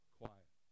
quiet